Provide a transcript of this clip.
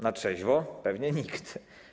Na trzeźwo pewnie nikt.